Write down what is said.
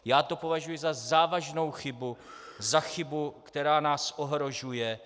Já to považuji za závažnou chybu, za chybu, která nás ohrožuje.